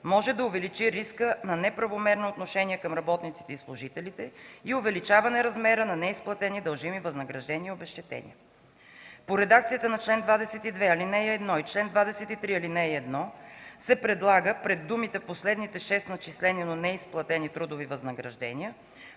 може да увеличи риска на неправомерно отношение към работниците и служителите и увеличаване размера на неизплатени дължими възнаграждения и обезщетения. По редакцията на чл. 22, ал. 1 и чл. 23, ал. 1 се предлага пред думите „последните 6 начислени, но неизплатени трудови възнаграждения”